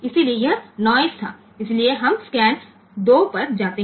इसलिए यह नॉइज़ था इसलिए हम स्कैन 2 पर जाते हैं